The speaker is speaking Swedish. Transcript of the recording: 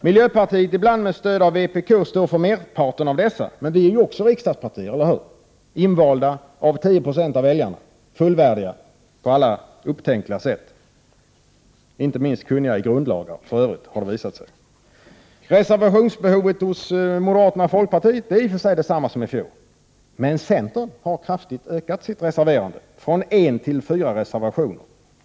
Miljöpartiet, ibland med stöd av vpk, står för merparten av dessa, men också vi är ju riksdagspartier — invalda av 10 2 av väljarna. Vi är alltså fullvärdiga riksdagspartier på alla upptänkliga sätt. Inte minst är vi kunniga i grundlagsfrågor, har det visat sig. Reservationsbehovet hos moderater och folkpartister är i och för sig detsamma som i fjol, men centern har kraftigt ökat sitt reserverande, från en till fyra reservationer.